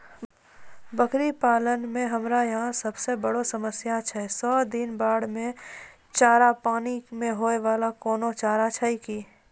बकरी पालन मे हमरा यहाँ सब से बड़ो समस्या छै सौ दिन बाढ़ मे चारा, पानी मे होय वाला कोनो चारा छै कि?